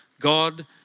God